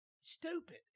stupid